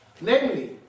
namely